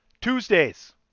Tuesdays